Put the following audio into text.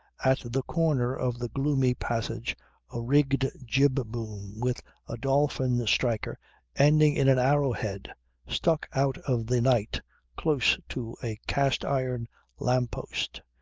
at the corner of the gloomy passage a rigged jib boom with a dolphin-striker ending in an arrow-head stuck out of the night close to a cast iron lamp-post.